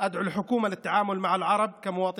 על הפגנה בנוגע להטרדות הללו, הריסת